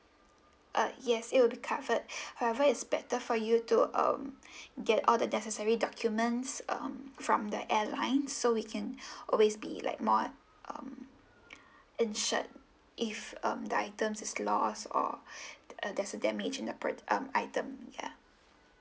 uh yes it will be covered however is better for you to um get all the necessary documents um from the airlines so we can always be like more um insured if um the items is lost or the uh there's a damage in the um item ya